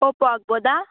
Oppo ಆಗ್ಬೋದಾ